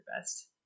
best